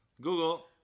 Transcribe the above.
Google